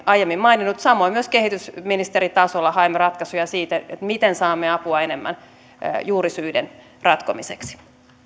aiemmin maininnut samoin myös kehitysministeritasolla haemme ratkaisuja siihen miten saamme apua enemmän juurisyiden ratkomiseksi